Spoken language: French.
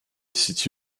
site